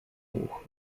ucho